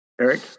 Eric